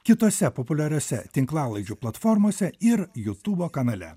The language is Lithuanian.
kitose populiariose tinklalaidžių platformose ir jutubo kanale